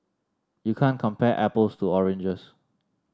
you can't compare apples to oranges